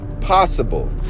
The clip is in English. possible